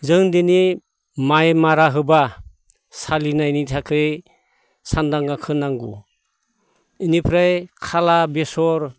जों दिनै माइ मारा होब्ला सालिनायनि थाखै सानदांगाखौ नांगौ इनिफ्राय खाला बेसर